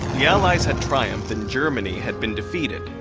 the allies had triumphed and germany had been defeated.